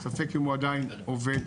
ספק אם הוא עדיין עובד.